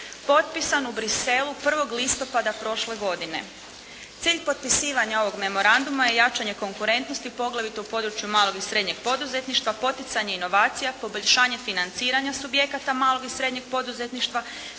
potpisan u Bruxellesu 1. listopada prošle godine. Cilj potpisivanja ovog memoranduma je jačanje konkurentnosti poglavito u području malog i srednjeg poduzetništva, poticanje inovacija, poboljšanje financiranja subjekata malog i srednjeg poduzetništva,